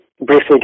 briefly